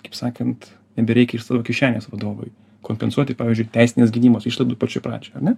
kaip sakant nebereikia iš savo kišenės vadovui kompensuoti pavyzdžiui teisinės gynybos išlaidų pačioj pradžioj ar ne